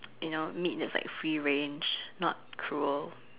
you know meat is like free range not cruel